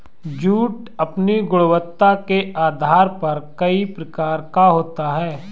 jute अपनी गुणवत्ता के आधार पर कई प्रकार का होता है